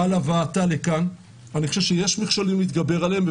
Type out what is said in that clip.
אני חושב שיש מכשולים להתגבר עליהם,